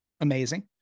amazing